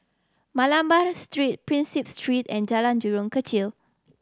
Malabar Street Prinsep Street and Jalan Jurong Kechil